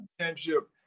championship